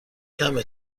کمه